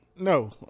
No